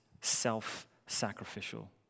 self-sacrificial